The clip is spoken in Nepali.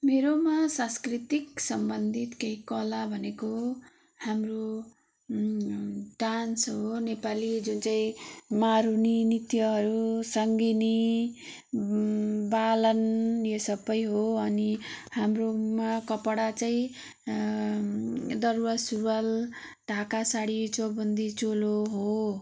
मेरोमा सांस्कृतिक सम्बन्धित केही कला भनेको हाम्रो डान्स हो नेपाली जुन चाहिँ मारुनी नृत्यहरू सङ्गिनी बालन यो सबै हो अनि हाम्रोमा कपडा चाहिँ दौरा सुरुवाल ढाका साडी चौबन्दी चोलो हो